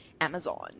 Amazon